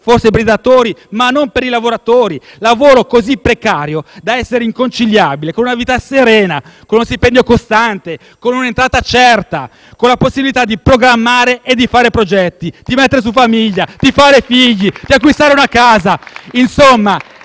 forse per i datori ma non per i lavoratori. Un lavoro così precario da essere inconciliabile con una vita serena, con uno stipendio costante, con un'entrata certa, con la possibilità di programmare e di fare progetti, di mettere su famiglia, di fare figli, di acquistare una casa.